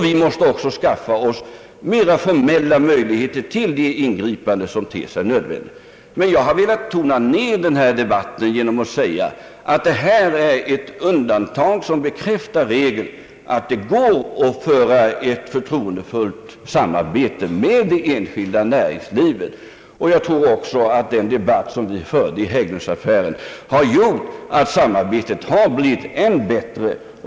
Vi måste även skaffa oss flera formella möjligheter till ingripanden som ter sig nödvändiga. Jag har velat tona ned denna debatt genom att säga att detta är ett undantag som bekräftar regeln, att det går att föra ett förtroendefullt samarbete med det enskilda näringslivet. Jag tror också att den debatt som har förts i Hägglundaffären har gjort, att samarbetet har blivit än bättre.